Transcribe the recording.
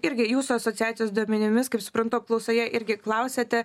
irgi jūsų asociacijos duomenimis kaip suprantu apklausoje irgi klausiate